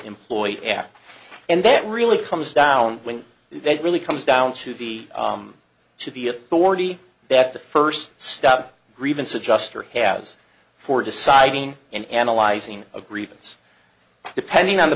employee act and that really comes down when they really comes down to the to the authority that the first stop grievance adjuster has for deciding in analyzing a grievance depending on the